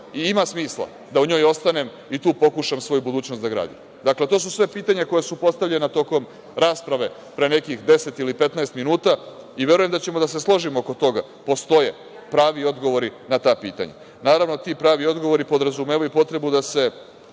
i ima smisla da u njoj ostanem i tu pokušam svoju budućnost da gradim. Dakle, to su sve pitanja koja su postavljena tokom rasprave pre nekih deset, petnaest minuta i verujem da ćemo da složimo oko toga, postoje pravi odgovori na ta pitanja. Naravno, ti pravi odgovori podrazumevaju potrebu da se